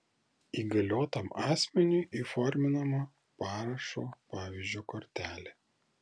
įgaliotam asmeniui įforminama parašo pavyzdžio kortelė